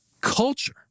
culture